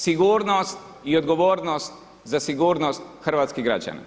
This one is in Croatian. Sigurnost i odgovornost za sigurnost hrvatskih građana.